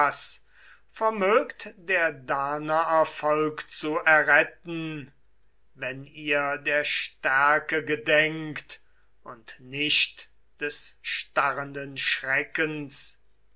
der danaer volk zu erretten wenn ihr der stärke gedenkt und nicht des starrenden schreckens